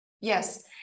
Yes